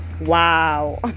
wow